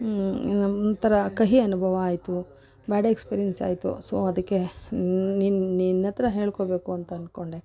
ಹ್ಞೂ ನಮ್ಗೆ ಒಂಥರ ಕಹಿ ಅನುಭವ ಆಯಿತು ಬ್ಯಾಡ್ ಎಕ್ಸ್ಪೀರಿಯೆನ್ಸ್ ಆಯಿತು ಸೊ ಅದಕ್ಕೆ ನಿನ್ನ ನಿನ್ನ ಹತ್ರ ಹೇಳ್ಕೊಳ್ಬೇಕು ಅಂತ ಅಂದ್ಕೊಂಡೆ